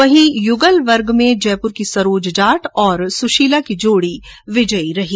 वहीं युगल वर्ग में जयपुर की सरोज जाट और सुशीला की जोड़ी विजयी रही